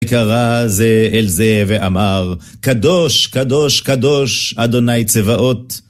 קרא זה אל זה ואמר, קדוש, קדוש, קדוש, אדוני צבאות.